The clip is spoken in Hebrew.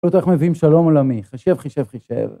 ‫לראות איך מביאים שלום עולמי. ‫חישב, חישב, חישב.